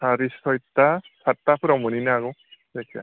साराइसयथा सातथाफोराव मोनहैनो हागौ जायखिया